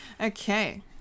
Okay